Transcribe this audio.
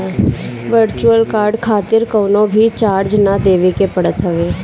virtual card खातिर कवनो भी चार्ज ना देवे के पड़त हवे